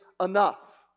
enough